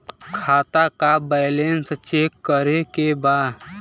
खाता का balance check करे के बा?